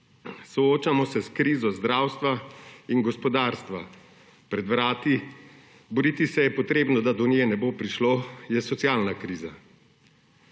Soočamo se s krizo zdravstva in gospodarstva, pred vrati – boriti se je potrebno, da do nje ne bo prišlo – je socialna kriza.